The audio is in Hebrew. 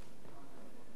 שלושה נגד,